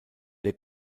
der